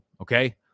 okay